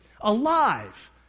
alive